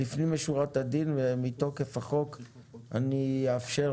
לפנים משורת הדין ומתוקף החוק אני אאפשר